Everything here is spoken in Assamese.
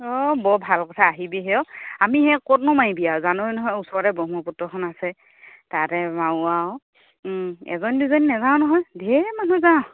অঁ বৰ ভাল কথা আহিবিহে ও আমি সেই ক'তনো মাৰিবি আৰু জানই নহয় ওচৰতে ব্ৰহ্মপুত্ৰখন আছে তাতে মাৰো আৰু এজনী দুজনী নাযাওঁ নহয় ঢেৰ মানুহ যাওঁ